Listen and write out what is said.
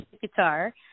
guitar